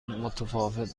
متفاوت